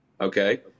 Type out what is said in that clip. Okay